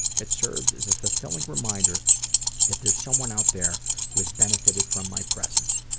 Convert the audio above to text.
it serves as a fulfilling reminder that there's someone out there who has benefitted from my presence.